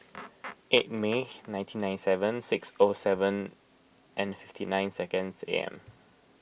eight May nineteen ninety seven six four seven and fifty nine seconds A M